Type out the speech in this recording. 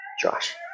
Josh